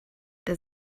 der